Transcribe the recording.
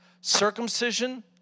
Circumcision